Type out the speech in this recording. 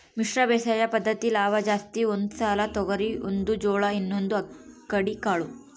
ಮಿಶ್ರ ಬೇಸಾಯ ಪದ್ದತಿಯಿಂದ ಲಾಭ ಜಾಸ್ತಿ ಒಂದು ಸಾಲು ತೊಗರಿ ಒಂದು ಜೋಳ ಇನ್ನೊಂದು ಅಕ್ಕಡಿ ಕಾಳು